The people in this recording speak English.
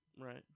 Right